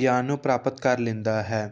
ਗਿਆਨ ਨੂੰ ਪ੍ਰਾਪਤ ਕਰ ਲੈਂਦਾ ਹੈ